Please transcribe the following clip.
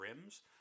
rims